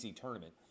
tournament